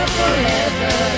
forever